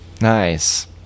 Nice